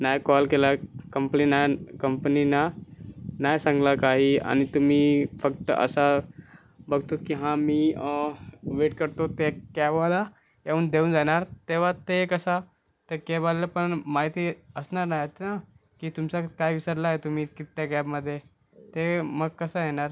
नाही कॉल केला कंपनीला कंपनीना नाही सांगला काही आणि तुम्ही फक्त असा बघतो की हां मी वेट करतो कॅ कॅबवाला येऊन देऊन जाणार तेव्हा ते कसं ते कॅबवाल्याला पण माहिती असणार नाहीत ना की तुमचं काय विसरलाय तुम्ही तिथच्या कॅबमध्ये ते मग कसा येणार